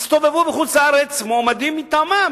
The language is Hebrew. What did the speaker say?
יסתובבו בחוץ-לארץ מועמדים מטעמם.